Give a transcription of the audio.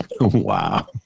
Wow